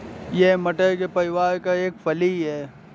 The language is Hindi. यह मटर के परिवार का एक फली है